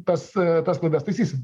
tas tas klaidas taisysim